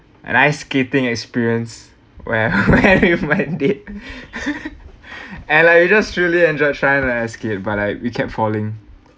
an ice skating experience where I went in with my leg and like you just truly enjoyed trying to like skate but like we kept falling